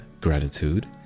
gratitude